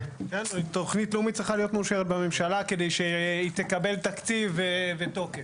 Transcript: תוכנית לאומית צריכה להיות מאושרת במשלה כדי שהיא תקבל תקציב ותוקף.